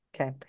Okay